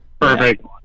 Perfect